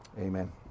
amen